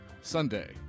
Sunday